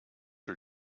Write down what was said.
her